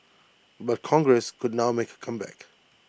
but congress could now make A comeback